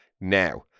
Now